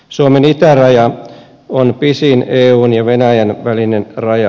suomen itäraja on pisin eun ja venäjän välinen raja